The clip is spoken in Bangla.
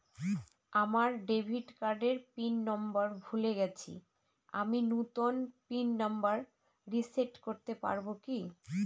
আমার ডেবিট কার্ডের পিন নম্বর ভুলে গেছি আমি নূতন পিন নম্বর রিসেট করতে পারবো কি?